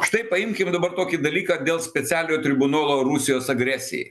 štai paimkime dabar tokį dalyką dėl specialiojo tribunolo rusijos agresijai